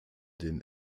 den